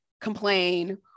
complain